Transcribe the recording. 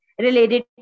related